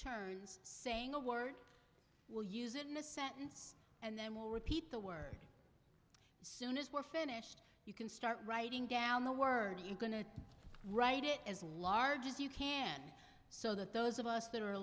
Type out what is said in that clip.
turns saying a word we'll use it in a sentence and then we'll repeat the word soon as we're finished you can start writing down the word you're going to write it as large as you can so that those of us that are a